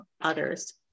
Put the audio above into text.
others